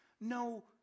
no